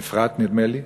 מאפרת, נדמה לי,